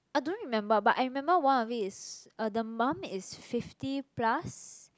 I don't remember but I remember one of it is uh the mum is fifty plus